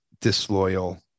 disloyal